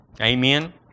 Amen